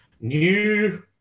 new